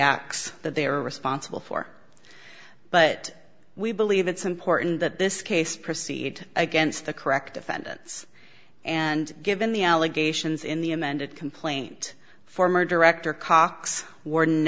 acts that they are responsible for but we believe it's important that this case proceed against the correct defendants and given the allegations in the amended complaint former director cox w